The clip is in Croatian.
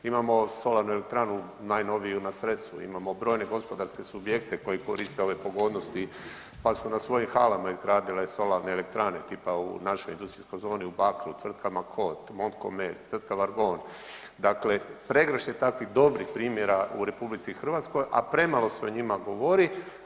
Imamo solarnu elektranu najnoviju na Cresu, imamo brojne gospodarske subjekte koji koriste ove pogodnosti pa su na svojim halama izgradile solarne elektrane, tipa u našoj industrijskoj zoni u Bakru, Tvrtkama …, MONT-KOMERC, … dakle pregršt je takvih dobrih primjera u RH, a premalo se o njima govori.